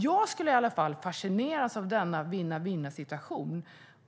Jag skulle i alla fall fascineras av denna vinn-vinnsituation.